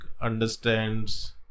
understands